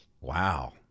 Wow